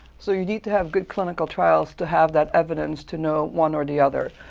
so you need to have good clinical trials to have that evidence to know one or the other.